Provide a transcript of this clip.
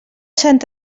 sant